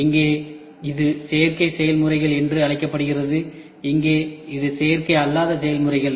இங்கே இது சேர்க்கை செயல்முறைகள் என்று அழைக்கப்படுகிறது இங்கே இது சேர்க்கை அல்லாத செயல்முறைகள்